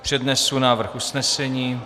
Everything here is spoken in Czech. Přednesu návrh usnesení: